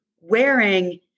wearing